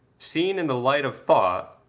seen in the light of thought,